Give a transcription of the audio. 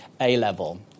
A-level